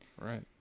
right